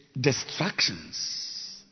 distractions